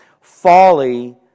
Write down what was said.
Folly